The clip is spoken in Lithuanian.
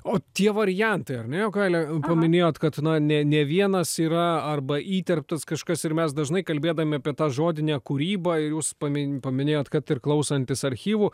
o tie variantai ar ne jogaile paminėjot kad na ne ne vienas yra arba įterptas kažkas ir mes dažnai kalbėdami apie tą žodinę kūrybą jūs pamin paminėjot kad ir klausantis archyvų